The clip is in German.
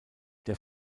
der